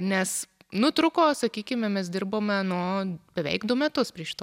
nes nu truko sakykime mes dirbome no beveik du metus prie šito